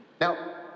now